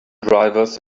drivers